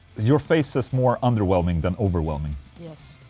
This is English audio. your face says more underwhelming than overwhelming yes